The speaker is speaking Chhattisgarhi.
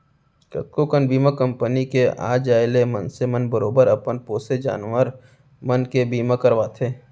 कतको कन बीमा कंपनी के आ जाय ले मनसे मन बरोबर अपन पोसे जानवर मन के बीमा करवाथें